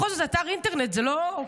בכל זאת, זה אתר אינטרנט, זה לא קניון.